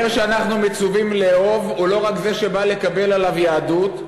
אבל הגר שאנחנו מצווים לאהוב הוא לא רק זה שבא לקבל עליו יהדות,